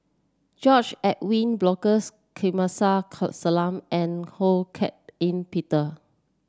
George Edwin Bogaars Kamsari Salam and Ho Hak Ean Peter